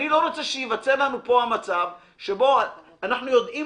אני לא רוצה שייווצר לנו פה המצב שבו אנחנו יודעים